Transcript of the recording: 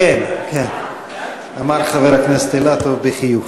"כן", אמר חבר הכנסת אילטוב בחיוך.